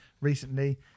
Recently